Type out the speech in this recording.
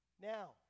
Now